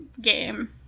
game